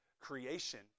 creation